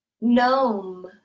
Gnome